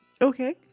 Okay